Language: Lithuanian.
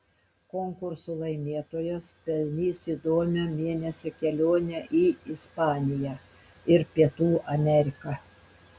konkurso laimėtojas pelnys įdomią mėnesio kelionę į ispaniją ir pietų ameriką